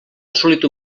assolit